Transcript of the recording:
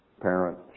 parent